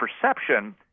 perception